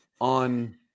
on